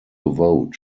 vote